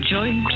Join